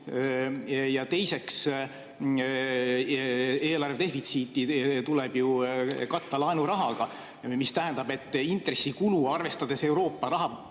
Ja teiseks, eelarvedefitsiiti tuleb katta laenurahaga, mis tähendab, et intressikulu, arvestades Euroopa